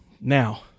Now